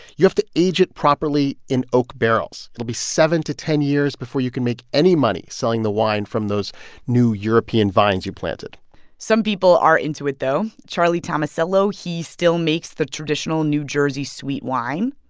you have to age it properly in oak barrels. it'll be seven to ten years before you can make any money selling the wine from those new european vines you planted some people are into it, it, though. charlie tomasello, he still makes the traditional new jersey sweet wine.